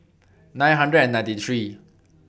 nine hundred and ninety three